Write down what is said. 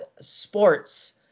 sports